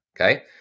Okay